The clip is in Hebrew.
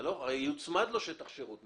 יוצמד לו שטח שירות.